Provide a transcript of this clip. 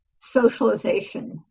socialization